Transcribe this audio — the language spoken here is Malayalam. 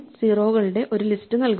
0 കളുടെ ഒരു ലിസ്റ്റ് നൽകുന്നു